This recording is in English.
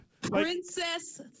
Princess